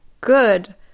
good